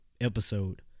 episode